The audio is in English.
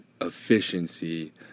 efficiency